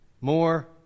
More